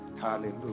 hallelujah